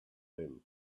them